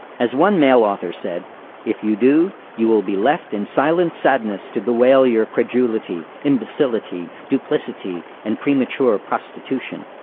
as one male author said if you do, you will be left in silent sadness to bewail your credulity, imbecility, duplicity, and premature prostitution.